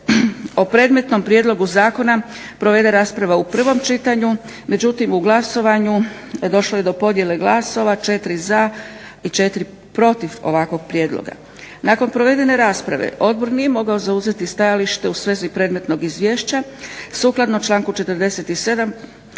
o predmetnom prijedlogu zakona provede rasprava u prvom čitanju, međutim u glasovanju došlo je do podijele glasova 4 za i 4 protiv ovakvog prijedloga. Nakon provedene rasprave odbor nije mogao zauzeti stajalište u svezi predmetnog izvješća sukladno članku 47.